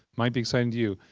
might be exciting to you.